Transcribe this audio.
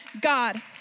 God